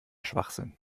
schwachsinn